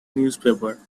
newspaper